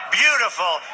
beautiful